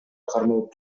кармалып